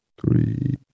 three